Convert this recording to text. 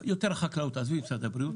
יותר החקלאות, עזבי את משרד הבריאות